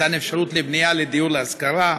מתן אפשרות לבניית דיור להשכרה,